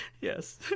yes